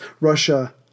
Russia